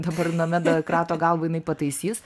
dabar nomeda krato galvą jinai pataisys